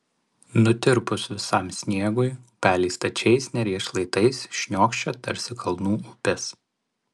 nutirpus visam sniegui upeliai stačiais neries šlaitais šniokščia tarsi kalnų upės